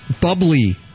bubbly